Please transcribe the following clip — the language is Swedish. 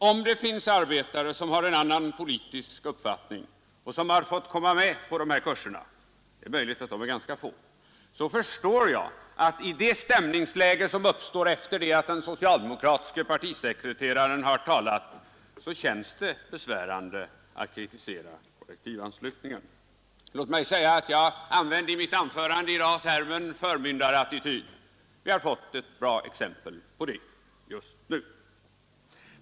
Om det finns arbetare som har en annan politisk uppfattning och som har fått komma med på dessa kurser — det är möjligt att de är ganska få — förstår jag att det för dem i det stämningsläge som uppstår efter det att den socialdemokratiske partisekreteraren har talat känns besvärande att kritisera kollektivanslutningen. Jag använde i mitt anförande i dag termen förmyndarattityd. Vi har fått ett bra exempel på det just nu.